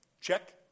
check